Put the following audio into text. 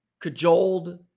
cajoled